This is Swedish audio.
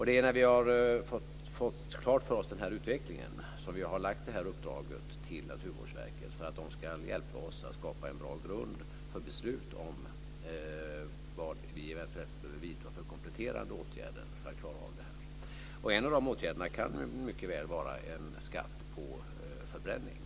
Det är för att vi har fått klart för oss utvecklingen som vi har lagt fram uppdraget till Naturvårdsverket för att de ska hjälpa oss att skapa en bra grund för beslut om vad vi eventuellt behöver vidta för kompletterande åtgärder för att klara av detta. En av de åtgärderna kan mycket väl vara en skatt på förbränning.